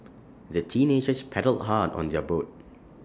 the teenagers paddled hard on their boat